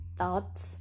thoughts